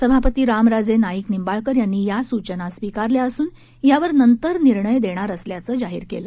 सभापती रामराजे नाईक निंबाळकर यांनी या सूचना स्वीकारल्या असून यावर नंतर निर्णय देणार असल्याचं जाहीर केलं